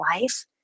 life